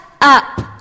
up